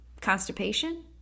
constipation